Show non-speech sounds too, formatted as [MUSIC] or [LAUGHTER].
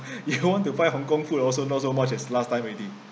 [BREATH] you want to find hong kong food also not so much as last time already